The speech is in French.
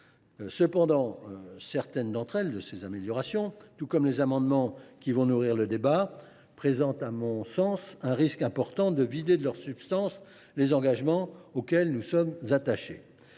Cependant, certaines d’entre elles, tout comme les propositions qui vont nourrir le débat, présentent à mon sens un risque important de vider de leur substance les engagements auxquels nous sommes attachés.